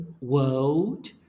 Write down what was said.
world